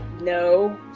no